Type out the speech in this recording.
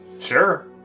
Sure